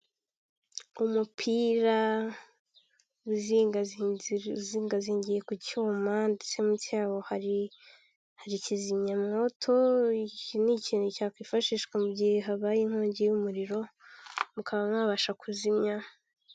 Umupira uzingazingiye ku cyuma, ndetse munsi yawo hari ikizimyamwoto; iki ni ikintu cyakwifashishwa mu gihe habaye inkongi y'umuriro, mukaba mwabasha kuzimya.